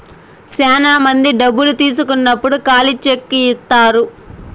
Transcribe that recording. శ్యానా మంది డబ్బు తీసుకున్నప్పుడు ఖాళీ చెక్ ఇత్తారు